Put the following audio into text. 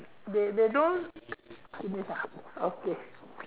they they don't finish ah okay